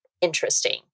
interesting